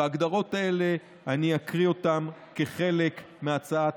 ואת ההגדרות האלה אני אקריא כחלק מהצעת